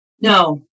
No